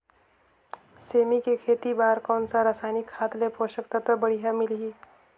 सेमी के खेती बार कोन सा रसायनिक खाद ले पोषक तत्व बढ़िया मिलही?